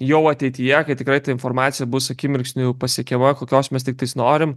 jau ateityje kai tikrai ta informacija bus akimirksniu jau pasiekiama kokios mes tiktais norim